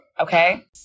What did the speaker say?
okay